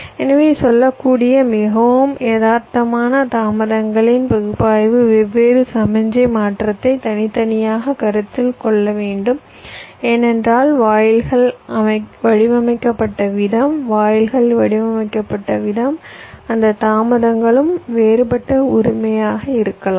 எனவே சொல்லக்கூடிய மிகவும் யதார்த்தமான தாமதங்களின் பகுப்பாய்வு வெவ்வேறு சமிக்ஞை மாற்றத்தை தனித்தனியாகக் கருத்தில் கொள்ள வேண்டும் ஏனென்றால் வாயில்கள் வடிவமைக்கப்பட்ட விதம் அந்த தாமதங்களும் வேறுபட்ட உரிமையாக இருக்கலாம்